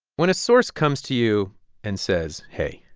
when a source comes to you and says, hey,